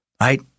right